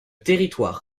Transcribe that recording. territoire